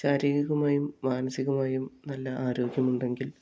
ശാരീരികമായും മാനസികമായും നല്ല ആരോഗ്യമുണ്ടെങ്കിൽ